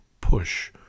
push